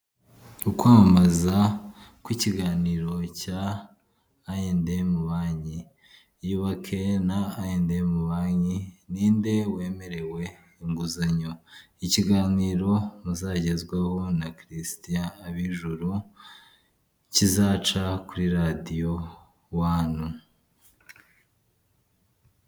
Ukwamamaza kw'ikiganiro cya ayendemu banki yubake na ayendemu banki ni nde wemerewe inguzanyo, ikiganirozagezwaho na christian Abijuru kizaca kuri radiyo wane.